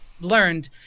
learned